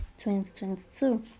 2022